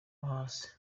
hasi